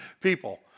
people